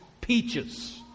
peaches